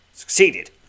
Succeeded